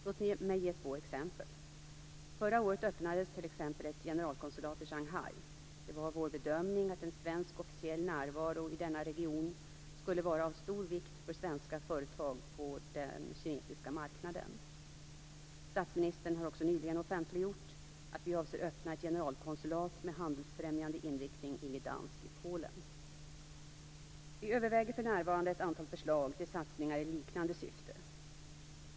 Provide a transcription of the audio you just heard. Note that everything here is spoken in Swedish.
Låt mig ge två exempel: Förra året öppnades ett generalkonsulat i Shanghai. Det var vår bedömning att en svensk officiell närvaro i denna region skulle vara av stor vikt för svenska företag på den kinesiska marknaden. Statsministern har också nyligen offentliggjort att vi avser öppna ett generalkonsulat med handelsfrämjande inriktning i Gdansk i Polen. Vi överväger för närvarande ett antal förslag till satsningar i liknande syfte.